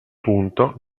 punto